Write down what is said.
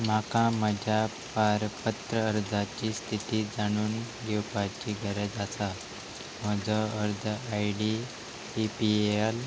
म्हाका म्हज्या पारपत्र अर्जाची स्थिती जाणून घेवपाची गरज आसा म्हजो अर्ज I D A P A L